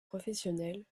professionnels